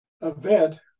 event